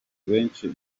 benshi